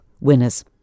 winners